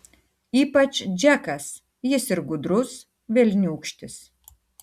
ypač džekas jis ir gudrus velniūkštis